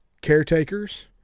caretakers